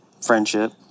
friendship